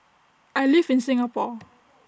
I live in Singapore